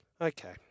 Okay